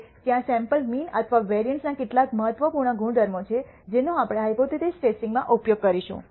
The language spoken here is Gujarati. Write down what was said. હવે ત્યાં સૈમ્પલ મીન અને વેરિઅન્સના કેટલાક મહત્વપૂર્ણ ગુણધર્મો છે જેનો આપણે હાયપોથેસિસ ટેસ્ટિંગમાં ઉપયોગ કરીશું